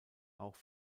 auch